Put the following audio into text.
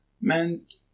men's